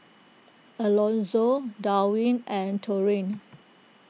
Alonzo Darwyn and Taurean